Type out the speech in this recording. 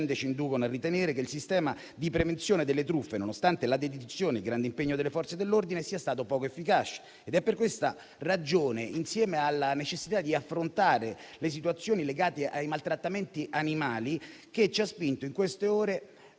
ci inducono a ritenere che il sistema di prevenzione delle truffe, nonostante la dedizione e il grande impegno delle Forze dell'ordine, sia stato poco efficace. Ed è questa ragione, insieme alla necessità di affrontare le situazioni legate ai maltrattamenti degli animali, che ci ha spinti nelle ultime ore